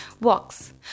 walks